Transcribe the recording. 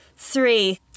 Three